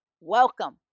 Welcome